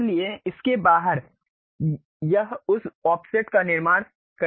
इसलिए इसके बाहर यह उस ऑफसेट का निर्माण करने जा रहा है